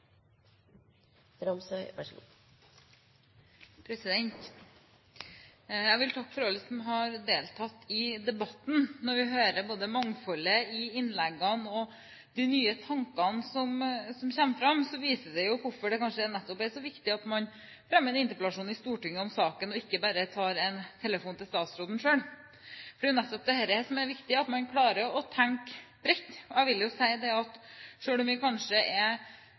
takke alle som har deltatt i debatten. Når vi hører både mangfoldet i innleggene og de nye tankene som kommer fram, viser det hvorfor det kanskje nettopp er så viktig at man fremmer en interpellasjon i Stortinget i saken og ikke bare selv tar en telefon til statsråden. Det er jo nettopp dette som er viktig, at man klarer å tenke bredt. Jeg vil si at selv om vi kanskje er